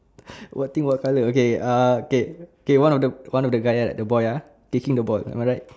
what thing what colour okay ah K K one of the one of the guy ah the boy uh kicking the ball am I right